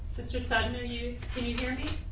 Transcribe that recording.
mr. sudden are you can you hear me?